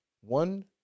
one